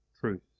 truth